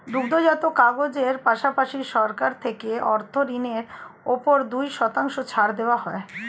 দুগ্ধজাত কাজের পাশাপাশি, সরকার থেকে অর্থ ঋণের উপর দুই শতাংশ ছাড় দেওয়া হয়